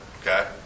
Okay